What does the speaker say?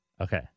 Okay